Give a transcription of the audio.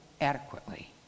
adequately